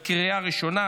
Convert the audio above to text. אושרה בקריאה ראשונה,